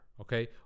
okay